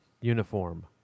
uniform